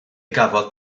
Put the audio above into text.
gafodd